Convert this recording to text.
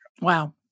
Wow